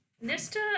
Nesta